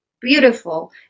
beautiful